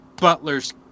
Butler's